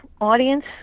audience